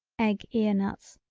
egg ear nuts,